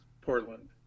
Portland